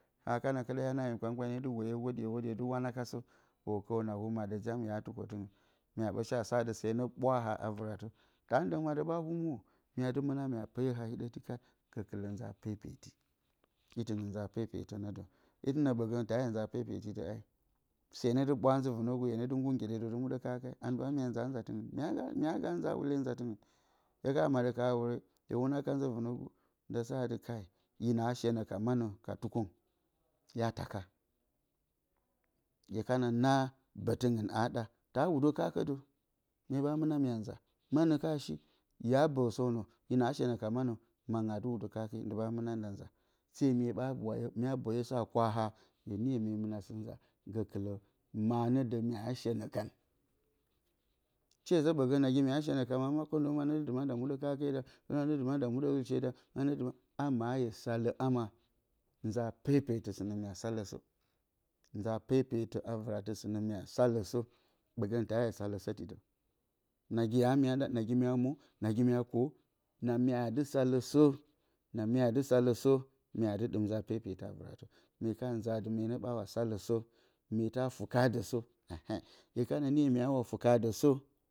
Ha kana kɨɗa hye ɓa na mi kpankpane ne dɨ woyǝ whodye whodye dɨ wunakasǝ pǝrkouna ya tɨkǝtɨngɨn mye ɓǝ sa atɨ asǝ ɓwaha a vɨratǝ taa ndǝng madǝ ɓa hɨmurǝ myedɨ mɨna mya peyǝ a hiɗo ti kt itɨngɨn nza pepetǝ nǝ dǝ itɨnǝ ɓǝgǝn se ne dɨ ɓwa nzǝ vɨnǝgǝ hye ngur ngyɗedǝ dɨ muɗǝ kake, myee nga nza whule nzatɨngɨn hye ka whuna ka vɨnǝgǝ nda sa hina shenǝ ya taka hye kana na ɓutɨngɨn a ɗa taazǝ kakedǝ hye mɨna mye nza. manǝ ka shi ya bǝsa yina shenǝ ka manǝ mangɨn adɨ whudǝ gashee te mye bǝyǝsǝ a kwaha hye niyǝ mɨna sɨ nza gǝkɨlǝ madǝ mye shenǝkan, shezǝ ɓǝgǝn nagi mye shenǝ ka ma kǝndǝma ne maɗa nda muɗǝ kake dan ama ayǝ salǝ amanza pepetǝ a vɨrarǝ kǝtǝ atɨ mya salǝsǝ bǝgǝn taayǝ salǝsútidǝ na myedɨ salǝsǝ mya dɨm nza pepetǝ vɨratǝ myeka za atɨ mye bawa salúsú myetawaa fukadǝsǝ,